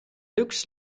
looks